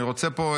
אני רוצה פה,